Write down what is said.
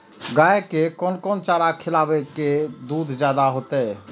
गाय के कोन कोन चारा खिलाबे जा की दूध जादे होते?